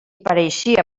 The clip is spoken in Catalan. pareixia